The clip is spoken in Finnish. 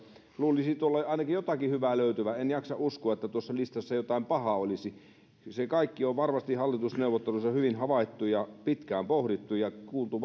luulisin siitä ainakin jotakin hyvää löytyvän en jaksa uskoa että tuossa listassa jotain pahaa olisi se kaikki on varmasti hallitusneuvotteluissa hyvin havaittu ja pitkään pohdittu ja kuultu